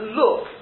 look